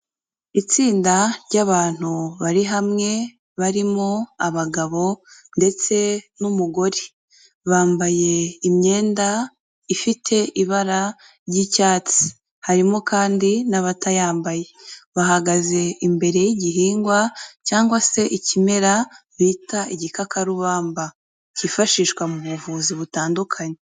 Itsinda ry'abantu bari hamwe barimo abagabo ndetse n'umugore, bambaye imyenda ifite ibara ry'icyatsi, harimo kandi n'abatayambaye bahagaze imbere y'igihingwa cyangwa se ikimera bita igikakarubamba cyifashishwa mu buvuzi butandukanye.